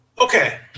okay